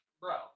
bro